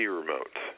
remote